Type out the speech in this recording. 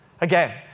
Again